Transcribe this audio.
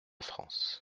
france